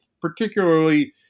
particularly